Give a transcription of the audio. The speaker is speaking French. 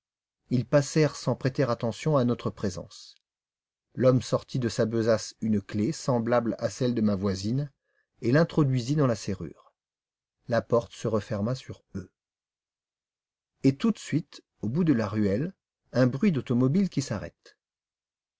ils passèrent sans prêter attention à notre présence l'homme sortit de sa besace une clef semblable à celle de ma voisine et l'introduisit dans la serrure la porte se referma sur eux et tout de suite au bout de la ruelle un bruit d'automobile qui s'arrête